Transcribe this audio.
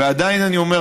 ועדיין אני אומר,